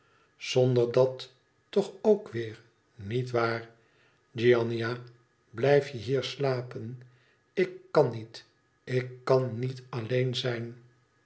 zonder dat toch ook weer niet waar giannina blijfje hier slapen ik kan niet ik kan niet alleen zijn